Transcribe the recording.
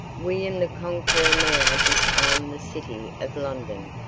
william the conqueror now disarmed the city of london,